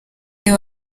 reba